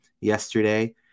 yesterday